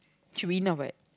should be enough what